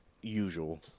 usual